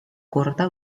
korda